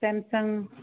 Samsung